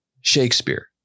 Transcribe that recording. Shakespeare